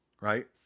Right